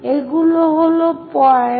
এগুলো হলো পয়েন্ট